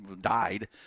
died